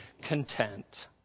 content